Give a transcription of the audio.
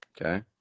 Okay